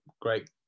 Great